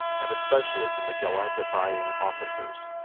and especially from the gallantifying officers.